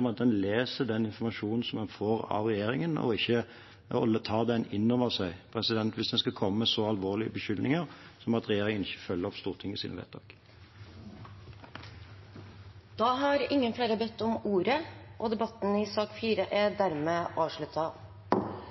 om at en leser den informasjonen som en får av regjeringen, og tar den inn over seg, hvis en skal komme med så alvorlige beskyldninger om at regjeringen ikke følger opp Stortingets vedtak. Flere har ikke bedt om ordet til sak nr. 4. Etter ønske fra helse- og omsorgskomiteen vil presidenten ordne debatten